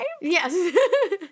Yes